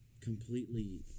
completely